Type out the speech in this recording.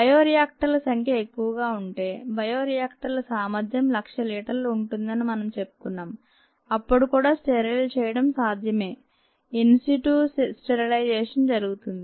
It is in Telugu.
బయో రియాక్టర్ల సంఖ్య ఎక్కువగా ఉంటే బయో రియాక్టర్ల సామర్థ్యం లక్ష లీటర్లు ఉంటుందని మనం చెప్పుకున్నాం అప్పుడు కూడా స్టెరైల్ చేయడం సాధ్యమే ఇన్ సిటు స్టెరిలైజేషన్ జరుగుతుంది